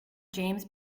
james